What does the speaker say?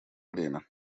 время